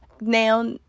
now